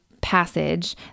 passage